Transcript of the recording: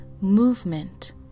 movement